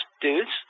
dudes